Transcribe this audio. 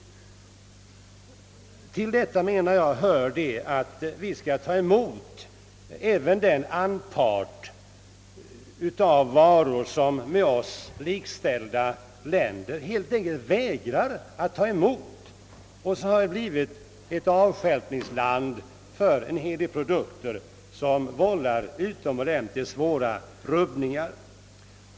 BI. a. måste vi ta emot även sådana varor som med oss likställda länder vägrar att köpa, och vi har blivit en avstjälpningsplats för en hel del produkter som medför utomordentligt svåra rubbningar.